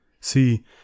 See